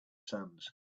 sands